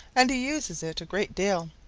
and he uses it a great deal.